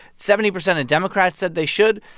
seventy percent of democrats said they should.